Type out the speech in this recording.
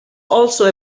also